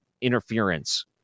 interference